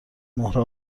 مهره